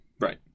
Right